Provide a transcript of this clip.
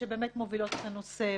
שבאמת מובילות את הנושא,